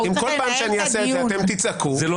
זה לא